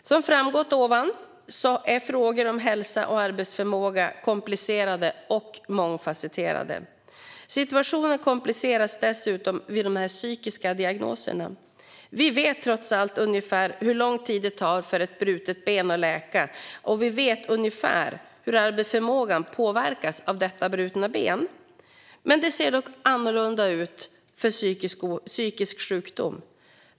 Som framgått är frågor om hälsa och arbetsförmåga komplicerade och mångfacetterade. Situationen kompliceras dessutom vid de psykiska diagnoserna. Vi vet trots allt ungefär hur lång tid det tar för ett brutet ben att läka, och vi vet ungefär hur arbetsförmågan påverkas av detta brutna ben. Det ser dock annorlunda ut för psykisk sjukdom.